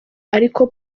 ariko